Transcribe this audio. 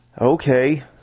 okay